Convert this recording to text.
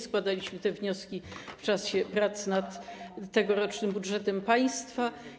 Składaliśmy te wnioski w czasie prac nad tegorocznym budżetem państwa.